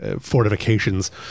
fortifications